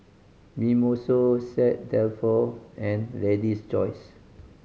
Mimosa Set Dalfour and Lady's Choice